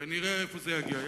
ונראה לאיפה זה יגיע.